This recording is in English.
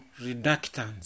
reductants